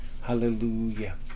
hallelujah